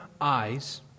eyes